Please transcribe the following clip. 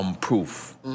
Proof